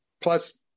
plus